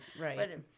right